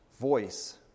voice